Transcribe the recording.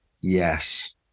Yes